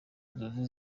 nzozi